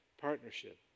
partnership